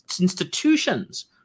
institutions